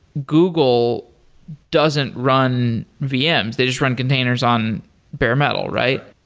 google doesn't run vms. they just run containers on bare metal, right?